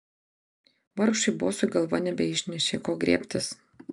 vargšui bosui galva nebeišnešė ko griebtis